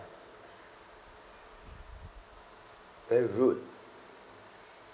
very rude